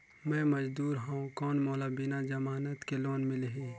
मे मजदूर हवं कौन मोला बिना जमानत के लोन मिलही?